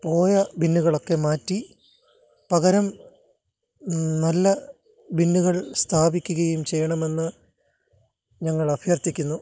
പോയ ബിന്നുകളൊക്കെ മാറ്റി പകരം നല്ല ബിന്നുകൾ സ്ഥാപിക്കുകയും ചെയ്യണമെന്ന് ഞങ്ങളഭ്യർത്ഥിക്കുന്നു